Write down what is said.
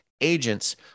agents